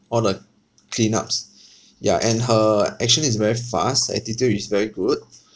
all the cleanups ya and her action is very fast attitude is very good